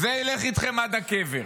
זה ילך איתכם עד הקבר.